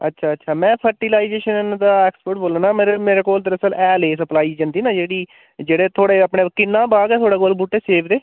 अच्छा अच्छा में फर्टिलाइजेशन दा एक्सपर्ट बोल्ला नां मेरे मेरे कोल दरअसल हैल दी सप्लाई जंदी ना जेह्ड़ी जेह्ड़े थुआढ़े अपने किन्ना बाग ऐ थुआढ़े कोल बूह्टे सेब दे